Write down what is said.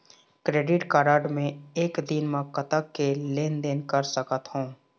Credit card मे एक दिन म कतक के लेन देन कर सकत हो?